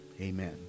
Amen